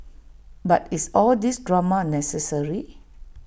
but is all these drama necessary